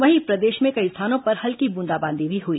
वहीं प्रदेश में कई स्थानों पर हल्की ब्रंदाबांदी भी हुई